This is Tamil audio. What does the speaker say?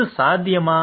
இது சாத்தியமா